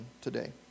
today